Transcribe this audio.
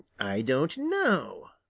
i don't know,